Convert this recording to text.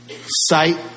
Sight